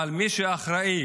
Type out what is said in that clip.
אבל מי שאחראי,